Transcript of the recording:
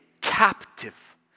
captive